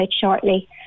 shortly